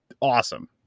awesome